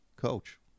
coach